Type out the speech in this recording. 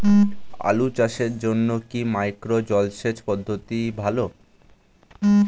আলু চাষের জন্য কি মাইক্রো জলসেচ পদ্ধতি ভালো?